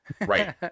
right